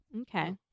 Okay